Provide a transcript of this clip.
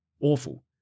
awful